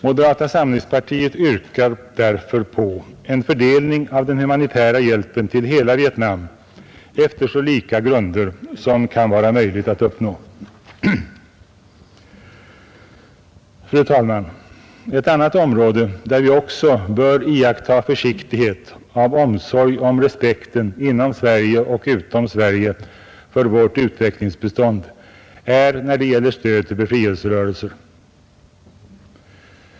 Moderata samlingspartiet yrkar därför på en fördelning av den humanitära hjälpen till hela Vietnam efter så lika grunder som det kan vara möjligt att uppnå. Fru talman! Ett annat område där vi också bör iaktta försiktighet av omsorg om respekten inom Sverige och utom Sverige för vårt utvecklingsbistånd är när det gäller stöd till befrielserörelser.